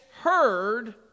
heard